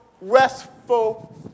restful